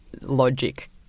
logic